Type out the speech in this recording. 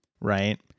Right